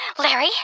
Larry